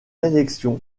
élection